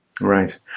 Right